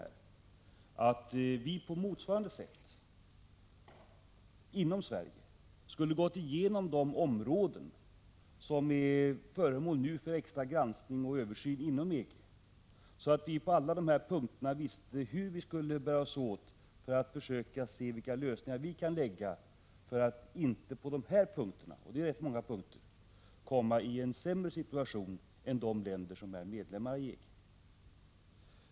Förslaget går ut på att vi på motsvarande sätt, inom Sverige, skulle gå igenom de områden som nu är föremål för granskning och översyn inom EG, så att vi på alla punkter vet vilka lösningar vi vill söka nå för att Sverige inte skall komma i en sämre situation än de länder som är medlemmar i EG.